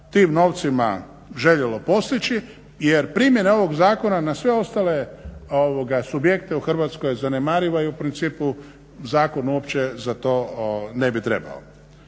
tim novcima željelo postići jer primjena ovog zakona na sve ostale subjekte u Hrvatskoj je zanemariva i u principu zakon uopće za to ne bi trebao.